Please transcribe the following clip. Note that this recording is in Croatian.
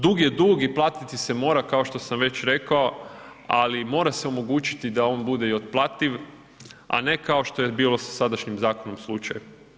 Dug je dug i platiti se mora, kao što sam već rekao ali mora se omogućiti da on bude i otplativ a ne kao što je bilo sa sadašnjim zakonom slučaj.